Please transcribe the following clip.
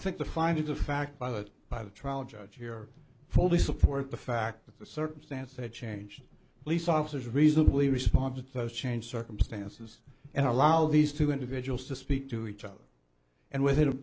think the findings of fact by the by the trial judge here fully support the fact that the circumstance had changed police officers reasonably respond to those changed circumstances and allowed these two individuals to speak to each other and within a